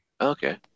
Okay